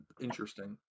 Interesting